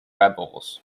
rebels